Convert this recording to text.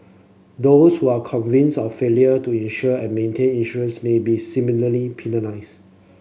those who are convince of failure to insure and maintain insurance may be similarly